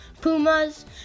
pumas